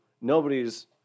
nobody's